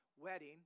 wedding